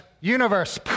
universe